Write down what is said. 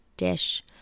Dish